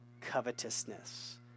covetousness